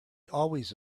always